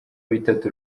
bitatu